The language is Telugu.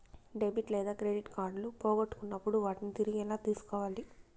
డెబిట్ లేదా క్రెడిట్ కార్డులు పోగొట్టుకున్నప్పుడు వాటిని తిరిగి ఎలా తీసుకోవాలి